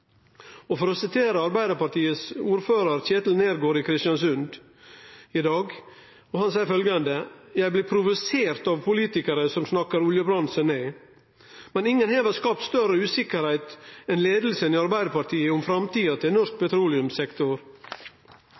år. For å sitere Arbeidarpartiets ordførar Kjell Neergaard i Kristiansund i dag, som seier følgjande: «Jeg blir provosert av politikere som snakker oljebransjen ned.» Ingen har vel skapt større usikkerheit enn leiinga i Arbeidarpartiet om framtida til norsk petroleumssektor.